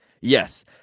Yes